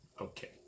Okay